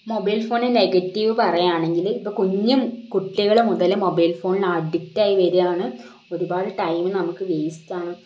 mobile phone negative പറയുകയാണെങ്കിൽ ഇപ്പം കുഞ്ഞു കുട്ടികൾ മുതൽ മൊബൈൽ ഫോണിന് അഡിക്ടായി വരികയാണ് ഒരുപാട് ടൈമ് നമുക്ക് വെയിസ്റ്റാണ്